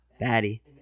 Batty